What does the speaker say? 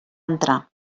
entrar